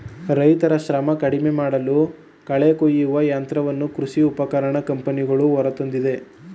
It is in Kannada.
ರೈತರ ಶ್ರಮ ಕಡಿಮೆಮಾಡಲು ಕಳೆ ಕುಯ್ಯುವ ಯಂತ್ರವನ್ನು ಕೃಷಿ ಉಪಕರಣ ಕಂಪನಿಗಳು ಹೊರತಂದಿದೆ